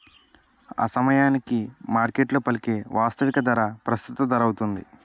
ఆసమయానికి మార్కెట్లో పలికే వాస్తవిక ధర ప్రస్తుత ధరౌతుంది